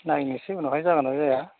नायनोसै उनावहाय जागोन ना जाया